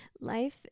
life